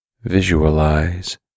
visualize